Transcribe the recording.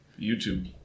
YouTube